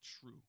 true